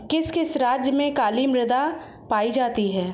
किस किस राज्य में काली मृदा पाई जाती है?